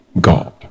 god